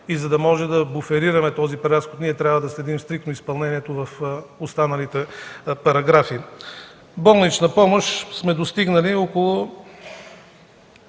и за да можем да буферираме този преразход ние трябва да следим стриктно изпълнението в останалите параграфи. Болнична помощ сме достигнали около...